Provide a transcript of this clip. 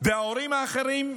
וההורים האחרים,